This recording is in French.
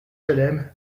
hlm